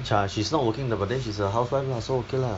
ya she's not working but then she's a housewife so okay lah